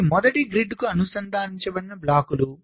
ఇవి మొదటి గ్రిడ్కు అనుసంధానించబడిన బ్లాక్లు